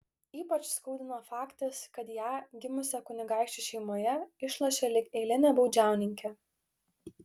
ypač skaudino faktas kad ją gimusią kunigaikščių šeimoje išlošė lyg eilinę baudžiauninkę